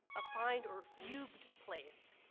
of find or feud place,